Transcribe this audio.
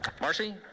Marcy